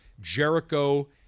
Jericho